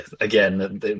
Again